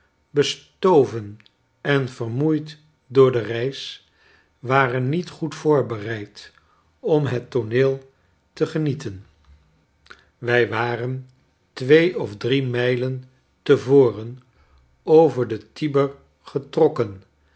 bestoven en vermoeid door de reis waren niet goed voorbereid om het tooneel te genieten wij waren twee of drie mijlen te voren over den tiber getrokken